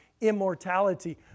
immortality